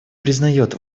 признает